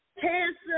Cancer